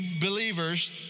believers